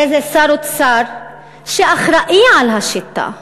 הרי זה שר האוצר שאחראי לשיטה,